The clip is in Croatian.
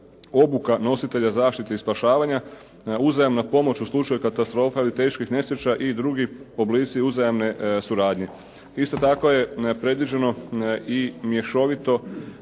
obuka nositelja zaštite i spašavanja, uzajamna pomoć u slučaju katastrofa ili teških nesreća i drugi oblici uzajamne suradnje. Isto tako je predviđeno i mješovito